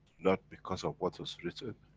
not because of what has written,